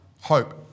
hope